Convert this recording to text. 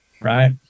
right